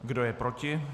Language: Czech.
Kdo je proti?